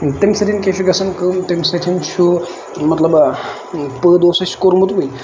تَمہِ سۭتۍ کیاہ چھُ گژھان کٲم تَمہِ سۭتۍ چھُ مطلب پٲدٕ اوس اَسہِ کوٚرمُت وۄنۍ